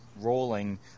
rolling